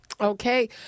Okay